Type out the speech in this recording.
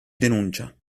denuncia